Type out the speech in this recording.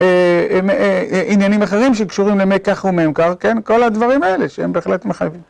עניינים אחרים שקשורים למקח וממכר, כן, כל הדברים האלה שהם בהחלט מחייבים.